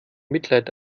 mitleid